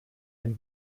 ein